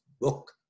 book